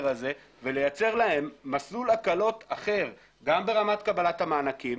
הזה ולייצר להם מסלול הקלות אחר גם ברמת קבלת המענקים,